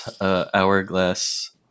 hourglass